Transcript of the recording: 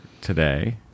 today